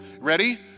Ready